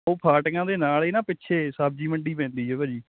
ਉਹ ਫਾਟਕਾਂ ਦੇ ਨਾਲ ਹੀ ਨਾ ਪਿੱਛੇ ਸਬਜ਼ੀ ਮੰਡੀ ਪੈਂਦੀ ਹੈ ਭਾਅ ਜੀ